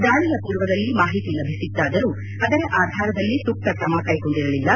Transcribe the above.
ದಾಳಿ ಪೂರ್ವದಲ್ಲಿ ಮಾಹಿತಿ ಲಭಿಸಿತ್ತಾದರೂ ಅದರ ಆಧಾರದಲ್ಲಿ ಸೂಕ್ತ ಕ್ರಮ ಕೈಗೊಂಡಿರಲಿಲ್ಲ